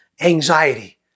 Anxiety